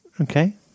Okay